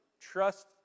Trust